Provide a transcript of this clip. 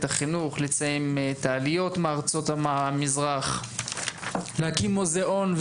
החינוך; לציין את העליות מארצות המזרח; להקים מוזיאון,